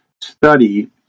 study